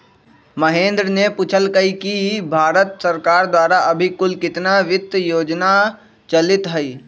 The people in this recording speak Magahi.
महेंद्र ने पूछल कई कि भारत सरकार द्वारा अभी कुल कितना वित्त योजना चलीत हई?